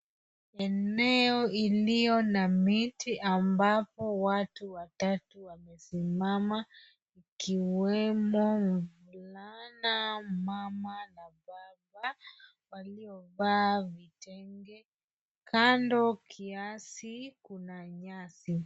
Eneo iliyo na miti ambapo watu watatu wamesimama ikiwemo mvulana, mama na baba waliovaa vitenge. Kando kiasi kuna nyasi.